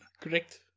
Correct